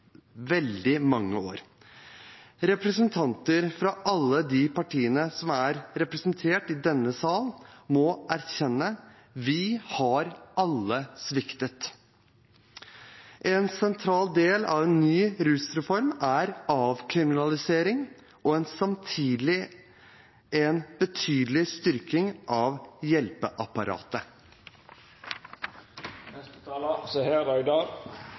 veldig mange år. Representanter fra alle de partiene som er representert i denne sal, må erkjenne at vi alle har sviktet. En sentral del av en ny rusreform er avkriminalisering og samtidig en betydelig styrking av